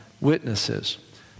witnesses